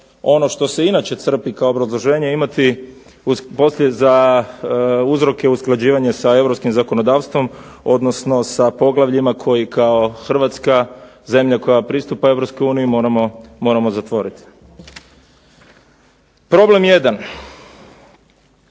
ono što se inače crpi kao obrazloženje imati poslije za uzroke usklađivanje sa europskim zakonodavstvom, odnosno sa poglavljima koji kao Hrvatska, zemlja koja pristupa Europskoj uniji moramo zatvoriti. Problem